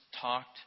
talked